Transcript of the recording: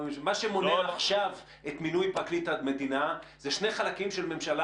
מה שמונע עכשיו את מינוי פרקליט המדינה זה שני חלקים של ממשלה